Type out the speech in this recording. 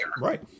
Right